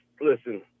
Listen